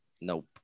Nope